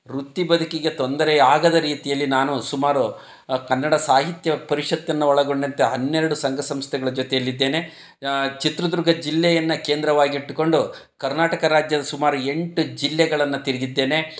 ವೃತ್ತಿ ಬದುಕಿಗೆ ತೊಂದರೆಯಾಗದ ರೀತಿಯಲ್ಲಿ ನಾನು ಸುಮಾರು ಕನ್ನಡ ಸಾಹಿತ್ಯ ಪರಿಷತ್ತನ್ನು ಒಳಗೊಂಡಂತೆ ಹನ್ನೆರಡು ಸಂಘ ಸಂಸ್ಥೆಗಳ ಜೊತೆಯಲ್ಲಿದ್ದೇನೆ ಚಿತ್ರದುರ್ಗ ಜಿಲ್ಲೆಯನ್ನು ಕೇಂದ್ರವಾಗಿಟ್ಕೊಂಡು ಕರ್ನಾಟಕ ರಾಜ್ಯದ ಸುಮಾರು ಎಂಟು ಜಿಲ್ಲೆಗಳನ್ನು ತಿರುಗಿದ್ದೇನೆ